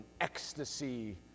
ecstasy